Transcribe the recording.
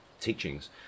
teachings